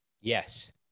Yes